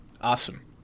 Awesome